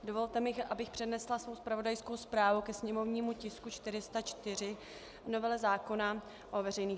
Dovolte mi, abych přednesla svou zpravodajskou zprávu ke sněmovnímu tisku 404 k novele zákona o veřejných dražbách.